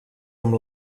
amb